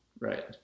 Right